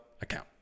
account